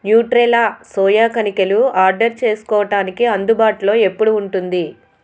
Nutrela soya కణికలు order చేసుకోడానికి అందుబాటులో ఎప్పుడు ఉంటుంది